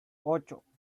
ocho